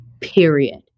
Period